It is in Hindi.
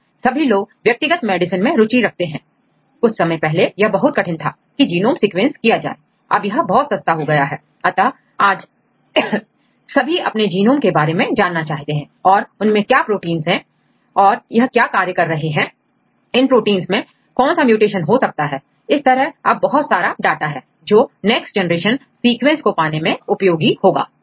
आज सभी लोग व्यक्तिगत मेडिसिन में रुचि रखते हैं कुछ समय पहले यह बहुत कठिन था कि जीनोम सीक्वेंस किया जाए अब यह बहुत सस्ता हो गया है अतः आज सभी अपने जीनोम के बारे में जानना चाहते हैं और उनमें क्या प्रोटींस हैं और यह क्या कार्य कर रहे हैं इन प्रोटींस में कौन सा म्यूटेशन हो सकता है इस तरह अब बहुत सारा डाटा है जो नेक्स्ट जनरेशन सीक्वेंसेस को पाने में उपयोगी होगा